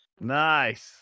Nice